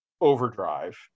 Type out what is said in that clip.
overdrive